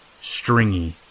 stringy